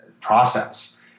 process